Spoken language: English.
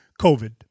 COVID